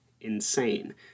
insane